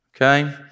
Okay